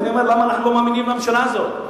אז אני אומר למה אנחנו לא מאמינים לממשלה הזו.